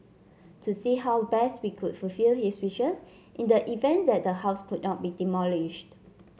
to see how best we could fulfil his wishes in the event that the house could not be demolished